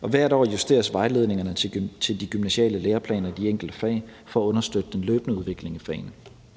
og hvert år justeres vejledningerne til de gymnasiale læreplaner i de enkelte fag for at understøtte den løbende udvikling i fagene.